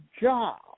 job